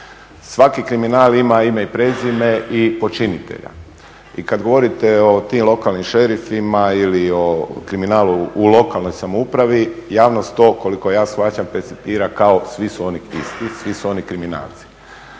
Svaki kriminal ima ime, i prezime i počinitelja. I kad govorite o tim lokalnim šerifima ili o kriminalu u lokalnoj samoupravi javnost to koliko ja shvaćam percipira kao svi su oni isti,